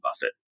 Buffett